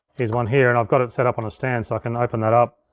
here's one here, and i've got it set up on a stand so i can open that up.